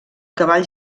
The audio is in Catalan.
cavall